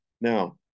Now